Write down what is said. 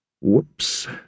Whoops